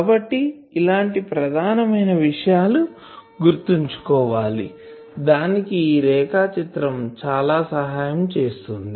కాబట్టి ఇలాంటి ప్రధానమైన విషయాలు గుర్తు ఉంచుకోవాలి దానికి ఈ రేఖాచిత్రము చాలా సహాయం చేస్తుంది